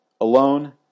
alone